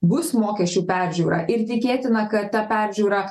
bus mokesčių peržiūra ir tikėtina kad ta peržiūra